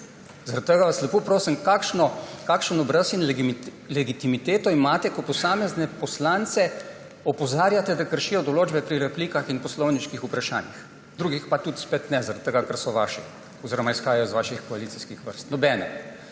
Zaradi tega vas lepo prosim, kakšen obraz in legitimiteto imate, ko posamezne poslance opozarjate, da kršijo določbe pri replikah in poslovniških vprašanjih. Drugih pa tudi spet ne zaradi tega, ker so vaši oziroma izhajajo iz vaših koalicijskih vrst. Nobene.